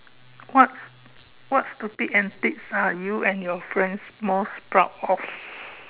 what what stupid antics are you and your friends most proud of